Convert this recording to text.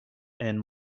and